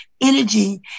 energy